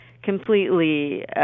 completely